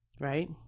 Right